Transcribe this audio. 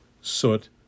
soot